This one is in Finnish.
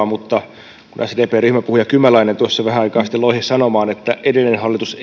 korvaan mutta kun sdpn ryhmäpuhuja kymäläinen tuossa vähän aikaa sitten loihe sanomaan että edellinen hallitus